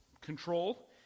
control